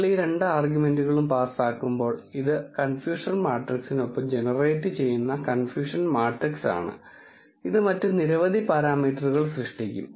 നിങ്ങൾ ഈ രണ്ട് ആർഗ്യുമെന്റുകളും പാസാക്കുമ്പോൾ ഇത് കൺഫ്യൂഷൻ മാട്രിക്സിനൊപ്പം ജനറേറ്റുചെയ്യുന്ന കൺഫ്യൂഷൻ മാട്രിക്സ് ആണ് ഇത് മറ്റ് നിരവധി പാരാമീറ്ററുകൾ സൃഷ്ടിക്കും